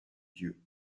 dieu